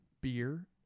beer